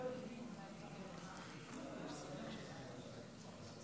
(חברי הכנסת מכבדים בקימה את זכרם של הנספים במסיבת